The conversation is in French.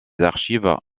archives